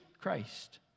Christ